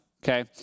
Okay